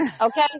okay